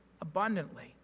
abundantly